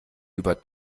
über